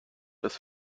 das